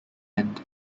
end